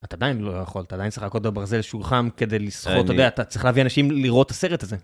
אתה עדיין לא יכול, אתה עדיין צריך להכות בברזל כשהוא חם כדי לסחוט, אתה צריך להביא אנשים לראות את הסרט הזה.